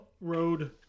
road